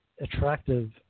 attractive